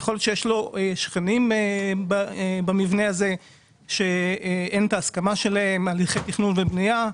כמו שכנים במבנה הזה שאין את ההסכמה שלהם להליכי תכנון ובנייה,